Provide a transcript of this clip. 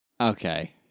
okay